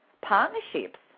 partnerships